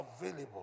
available